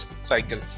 cycle